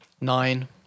Nine